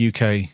UK